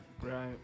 right